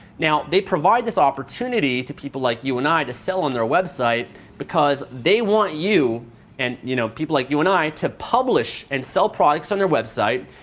they provide this opportunity to people like you and i to sell on their website, because they want you and you know people like you and i to publish and sell products on their website.